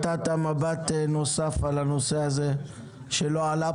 נתת את המבט הנוסף על הנושא הזה שלא עלה.